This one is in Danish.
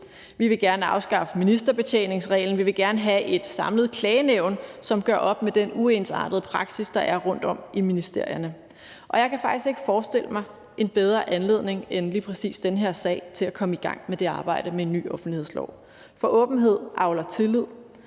Vi vil gerne afskaffe ministerbetjeningsreglen; vi vil gerne have et samlet klagenævn, som gør op med den uensartede praksis, der er rundtom i ministerierne. Og jeg kan faktisk ikke forestille mig en bedre anledning end lige præcis den her sag til at komme i gang med det arbejde med en ny offentlighedslov. For åbenhed avler tillid,